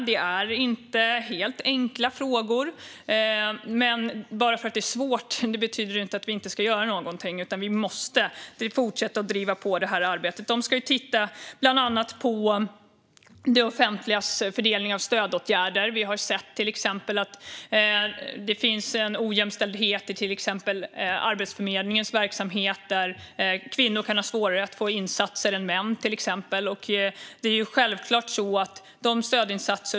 Det är inga enkla frågor, men vi ger oss inte bara för att det är svårt. Vi måste fortsätta att driva på detta arbete. Kommissionen ska bland annat titta på det offentligas fördelning av stödåtgärder. Vi har sett att det finns en ojämställdhet i exempelvis Arbetsförmedlingens verksamhet. Till exempel kan kvinnor ha svårare än män att få insatser.